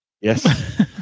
Yes